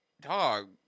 dog